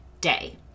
day